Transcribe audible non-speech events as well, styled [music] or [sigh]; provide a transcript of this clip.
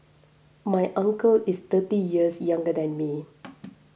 my uncle is thirty years younger than me [noise]